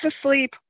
asleep